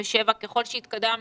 57,00, ככל שהתקדמנו